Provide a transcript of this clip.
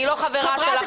אני לא חברה שלך.